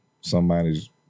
somebody's